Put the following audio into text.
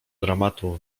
dramatu